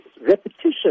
repetition